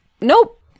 Nope